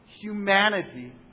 Humanity